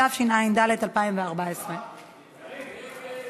התשע"ד 2014. ההצעה להסיר